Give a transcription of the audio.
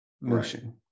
motion